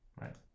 right